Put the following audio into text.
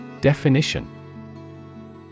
Definition